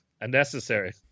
Unnecessary